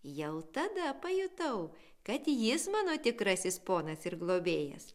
jau tada pajutau kad jis mano tikrasis ponas ir globėjas